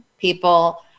people